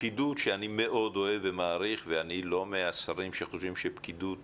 הפקידות שאני מאוד אוהב ומעריך ואני לא מהשרים שחושבים שפקידות היא...